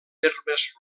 termes